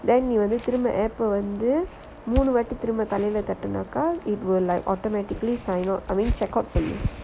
then நீ வந்து திரும்ப:nee vanthu thirumba application வந்து மூணு வாட்டி தலைல தட்டுனாக்கா:vanthu moonu vaatti thalaila thattunaakka it will like automatically sign up I mean check out for you